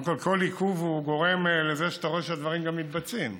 כל עיכוב גורם לזה שאתה רואה שדברים מתבצעים.